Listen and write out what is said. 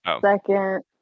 second